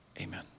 amen